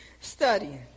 studying